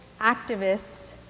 activist